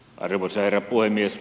arvoisa herra puhemies